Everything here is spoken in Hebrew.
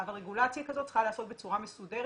אבל רגולציה כזאת צריכה להיעשות בצורה מסודרת,